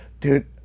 dude